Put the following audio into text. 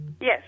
Yes